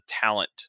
talent